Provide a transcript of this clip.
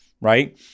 right